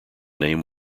name